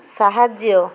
ସାହାଯ୍ୟ